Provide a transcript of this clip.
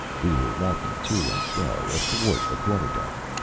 we were walking to and fro athwart the quarter-deck.